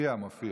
34 בעד, מתנגד